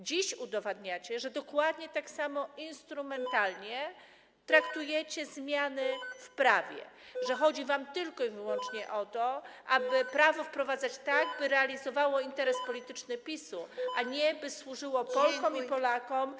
Dziś udowadniacie, że dokładnie tak samo instrumentalnie traktujecie zmiany w prawie, że chodzi wam tylko i wyłącznie o to, aby prawo wprowadzać tak, by realizowało interes polityczny PiS-u, a nie, by służyło Polkom i Polakom.